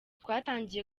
twatangiye